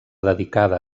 dedicada